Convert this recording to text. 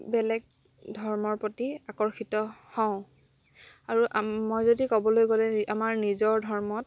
বেলেগে ধৰ্মৰ প্ৰতি আকৰ্ষিত হওঁ আৰু মই যদি ক'বলৈ গ'লে আমাৰ নিজৰ ধৰ্মত